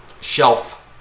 shelf